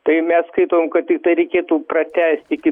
tai mes skaitom kad tiktai reikėtų pratęst iki